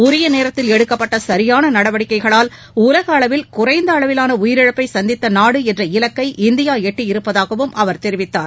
உரிய நேரத்தில் எடுக்கப்பட்ட சரியான நடவடிக்கைகளால் உலகளவில் குறைந்த அளவிலான உயிரிழப்பை சந்தித்த நாடு என்ற இலக்கை இந்தியா எட்டியிருப்பதாகவும் அவர் தெரிவித்தார்